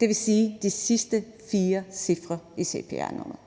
dvs. de sidste fire cifre i cpr-nummeret.